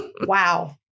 Wow